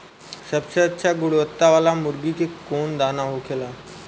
सबसे अच्छा गुणवत्ता वाला मुर्गी के कौन दाना होखेला?